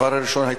הדבר הראשון,